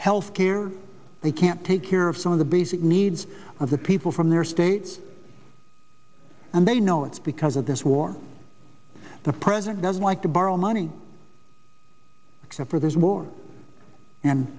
health care they can't take care of some of the basic needs of the people from their states and they know it's because of this war the president doesn't like to borrow money except for th